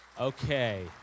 Okay